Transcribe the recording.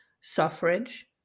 suffrage